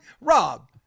Rob